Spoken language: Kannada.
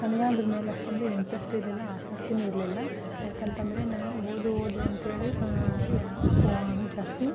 ನನ್ಗೆ ಅದ್ರ ಮೇಲೆ ಅಷ್ಟೊಂದು ಇಂಟ್ರೆಸ್ಟ್ ಇರಲಿಲ್ಲ ಆಸಕ್ತಿಯೂ ಇರಲಿಲ್ಲ ಯಾಕಂತ ಅಂದ್ರೆ ನಾನು ಓದು ಓದು ಅಂಥೇಳಿ ಯಾ ಜಾಸ್ತಿ